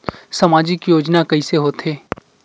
सामजिक योजना कइसे होथे?